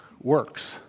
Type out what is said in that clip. works